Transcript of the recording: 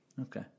Okay